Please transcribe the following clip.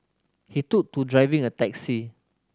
he took to driving a taxi